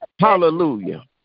Hallelujah